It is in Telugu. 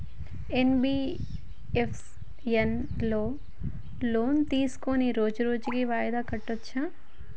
ఎన్.బి.ఎఫ్.ఎస్ లో లోన్ తీస్కొని రోజు రోజు వాయిదా కట్టచ్ఛా?